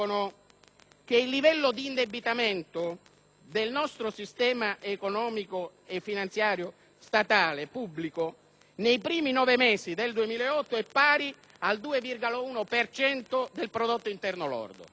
il livello di indebitamento del nostro sistema economico-finanziario pubblico, nei primi nove mesi del 2008, è pari al 2,1 per cento del prodotto interno lordo;